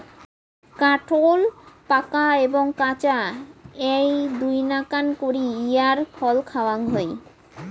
কাঠোল পাকা ও কাঁচা এ্যাই দুইনাকান করি ইঞার ফল খাওয়াং হই